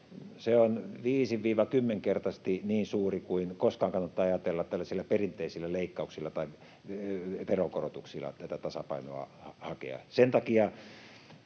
viisi—kymmenkertaisesti niin suuri kuin se, minkä verran koskaan kannattaa ajatella tällaisilla perinteisillä leikkauksilla tai veronkorotuksilla tätä tasapainoa hakea.